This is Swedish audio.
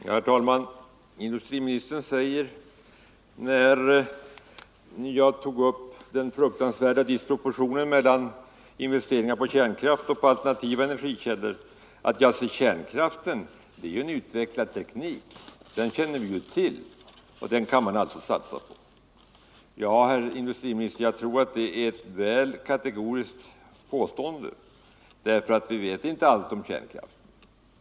Herr talman! Industriministern säger med anledning av att jag tagit upp den fruktansvärda disproportionen mellan investeringar i kärnkraft och i alternativa energikällor att kärnkraften är en utvecklad teknik, som vi känner till, och att vi därför kan satsa på den. Detta är, herr industriminister, ett väl kategoriskt påstående. Vi vet inte allt om kärnkraften.